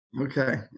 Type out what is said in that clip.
Okay